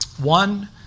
One